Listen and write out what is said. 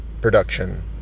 production